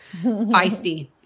feisty